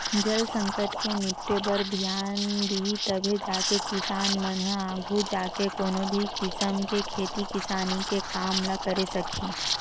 जल संकट ले निपटे बर धियान दिही तभे जाके किसान मन ह आघू जाके कोनो भी किसम के खेती किसानी के काम ल करे सकही